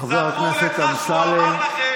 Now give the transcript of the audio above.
חבר הכנסת אמסלם,